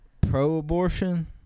Pro-abortion